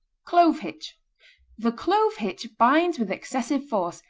clove-hitch the clove-hitch binds with excessive force,